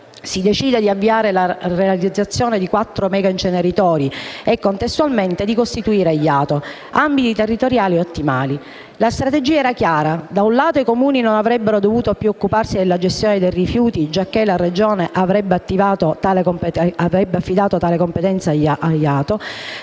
si decide di avviare la realizzazione di quattro megainceneritori e, contestualmente, di costituire gli ATO (ambiti territoriali ottimali). La strategia era chiara: da un lato, i Comuni non avrebbero dovuto più occuparsi della gestione dei rifiuti, giacché la Regione avrebbe affidato tale competenza agli